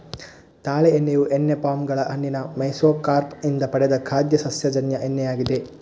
ತಾಳೆ ಎಣ್ಣೆಯು ಎಣ್ಣೆ ಪಾಮ್ ಗಳ ಹಣ್ಣಿನ ಮೆಸೊಕಾರ್ಪ್ ಇಂದ ಪಡೆದ ಖಾದ್ಯ ಸಸ್ಯಜನ್ಯ ಎಣ್ಣೆಯಾಗಿದೆ